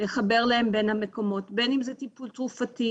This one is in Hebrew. לחבר להן בין המקומות בין אם זה טיפול תרופתי,